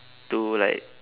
to like